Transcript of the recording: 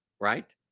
right